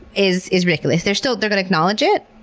is is ridiculous. they're still, they're gonna acknowledge it,